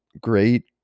great